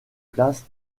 place